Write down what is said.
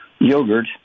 yogurt